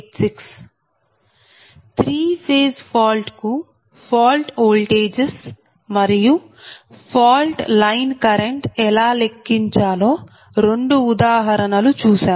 3 phase fault కు fault voltages మరియు fault line current ఎలా లెక్కించా లో రెండు ఉదాహరణలు చూశాం